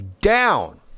down